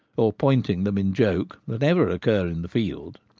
or pointing them in joke, than ever occur in the field.